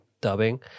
dubbing